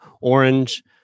Orange